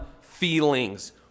feelings